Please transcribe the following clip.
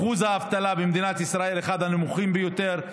אחוז האבטלה במדינת ישראל הוא אחד הנמוכים ביותר,